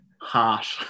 Harsh